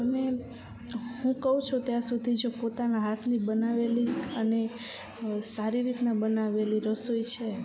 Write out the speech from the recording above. અમે હું કહું છું ત્યાં સુધી જો પોતાના હાથની બનાવેલી અને સારી રીતના બનાવેલી રસોઈ છે